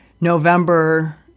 November